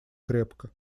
крепко